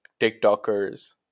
TikTokers